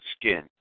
skin